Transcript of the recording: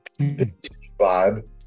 vibe